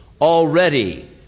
Already